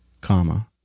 Comma